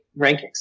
rankings